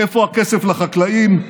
איפה הכסף לחקלאים?